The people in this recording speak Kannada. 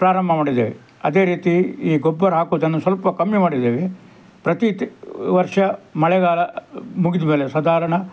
ಪ್ರಾರಂಭ ಮಾಡಿದ್ದೇವೆ ಅದೇ ರೀತಿ ಈ ಗೊಬ್ಬರ ಹಾಕೋದನ್ನು ಸ್ವಲ್ಪ ಕಮ್ಮಿ ಮಾಡಿದ್ದೇವೆ ಪ್ರತಿ ತಿ ವರ್ಷ ಮಳೆಗಾಲ ಮುಗಿದಮೇಲೆ ಸಾಧಾರ್ಣ